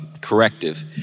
Corrective